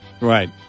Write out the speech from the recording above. right